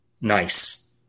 nice